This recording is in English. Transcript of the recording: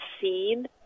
seen